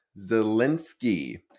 Zelensky